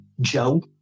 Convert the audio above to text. Joe